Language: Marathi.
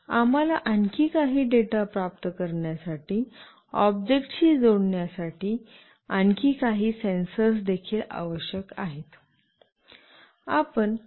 आम्हाला आणखी काही डेटा प्राप्त करण्यासाठी ऑब्जेक्टशी जोडण्यासाठी आणखी काही सेन्सर्स देखील आवश्यक आहेत